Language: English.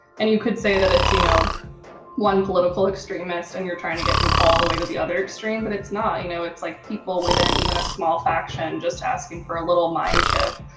and you could say that it's you know one political extremist and you're trying to get them all the way to the other extreme, but it's not, you know, it's like people within even a small faction, just asking for a little mind shift.